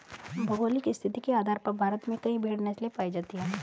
भौगोलिक स्थिति के आधार पर भारत में कई भेड़ नस्लें पाई जाती हैं